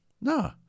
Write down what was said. no